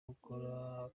gukora